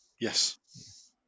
Yes